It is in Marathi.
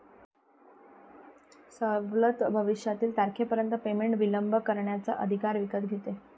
सवलत भविष्यातील तारखेपर्यंत पेमेंट विलंब करण्याचा अधिकार विकत घेते